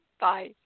Bye